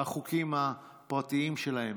החוקים הפרטיים שלהם.